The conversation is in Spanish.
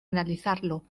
analizarlo